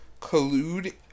collude